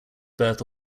birth